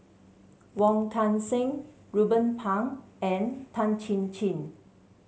Wong Kan Seng Ruben Pang and Tan Chin Chin